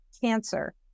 cancer